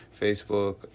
Facebook